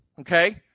okay